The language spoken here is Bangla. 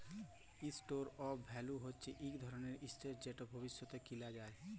ইসটোর অফ ভ্যালু হচ্যে ইক ধরলের এসেট যেট ভবিষ্যতে কিলা যায়